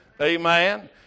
Amen